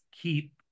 keep